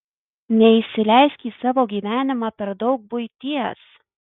neįsileisk į savo gyvenimą per daug buities